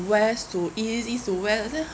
west to east east to west I say